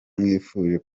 mwifuje